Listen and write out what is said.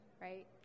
right